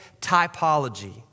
typology